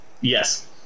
Yes